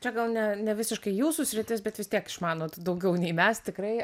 čia gal ne nevisiškai jūsų sritis bet vis tiek išmanot daugiau nei mes tikrai